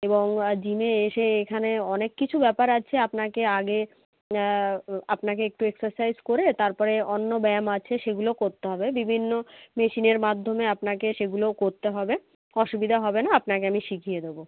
এবং জিমে এসে এখানে অনেক কিছু ব্যাপার আছে আপনাকে আগে আপনাকে একটু এক্সারসাইজ করে তার পরে অন্য ব্যায়াম আছে সেগুলো করতে হবে বিভিন্ন মেশিনের মাধ্যমে আপনাকে সেগুলো করতে হবে অসুবিধে হবে না আপনাকে আমি শিখিয়ে দেবো